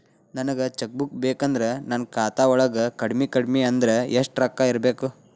ನನಗ cheque book ಬೇಕಂದ್ರ ನನ್ನ ಖಾತಾ ವಳಗ ಕಡಮಿ ಕಡಮಿ ಅಂದ್ರ ಯೆಷ್ಟ್ ರೊಕ್ಕ ಇರ್ಬೆಕು?